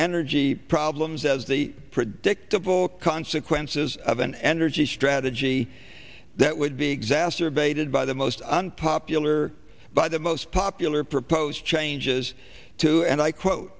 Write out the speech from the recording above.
energy problems as the predictable consequences of an energy strategy that would be exacerbated by the most unpopular by the most popular proposed changes to and i quote